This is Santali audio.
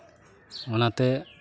ᱚᱱᱟᱛᱮ